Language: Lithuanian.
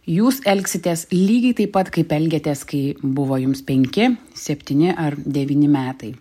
jūs elgsitės lygiai taip pat kaip elgėtės kai buvo jums penki septyni ar devyni metai